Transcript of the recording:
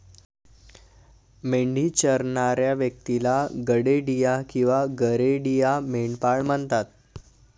मेंढी चरणाऱ्या व्यक्तीला गडेडिया किंवा गरेडिया, मेंढपाळ म्हणतात